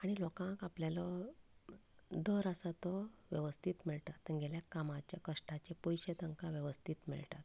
आनी लोकांक आपल्यालो दर आसा तो वेवस्थीत मेळटा तेंगेल्या कामाच्या कश्टाचे पयशे तांकां वेवस्थीत मेळटात